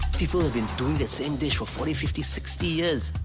people have been doing the same dish for forty, fifty, sixty years.